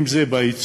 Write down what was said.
אם זה בייצור,